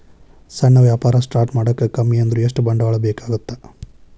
ಸಣ್ಣ ವ್ಯಾಪಾರ ಸ್ಟಾರ್ಟ್ ಮಾಡಾಕ ಕಮ್ಮಿ ಅಂದ್ರು ಎಷ್ಟ ಬಂಡವಾಳ ಬೇಕಾಗತ್ತಾ